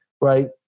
right